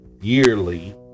yearly